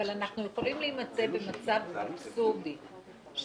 אבל אנחנו יכולים להימצא במצב אבסורדי שבו